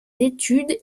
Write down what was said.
études